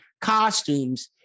costumes